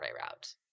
route